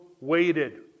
waited